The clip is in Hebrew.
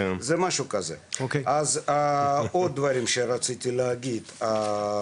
אז עוד דברים שרציתי להגיד,